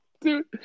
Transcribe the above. dude